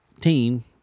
team